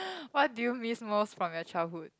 what do you miss most from your childhood